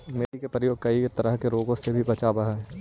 मेथी का प्रयोग कई तरह के रोगों से भी बचावअ हई